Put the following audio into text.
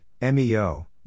MEO